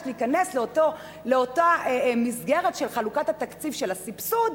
להיכנס לאותה מסגרת של חלוקת התקציב של הסבסוד,